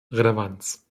relevanz